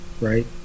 right